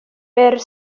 byr